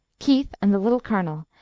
keith and the little colonel,